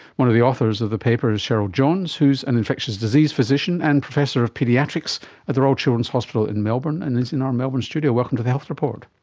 one of the authors of the paper is cheryl jones who is an infectious disease physician and professor of paediatrics at the royal children's hospital in melbourne and is in our melbourne studio. welcome to the health report.